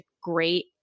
great